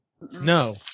No